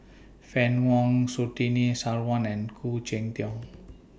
Fann Wong Surtini Sarwan and Khoo Cheng Tiong